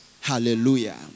Hallelujah